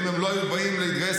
אם הם לא היו באים להתגייס,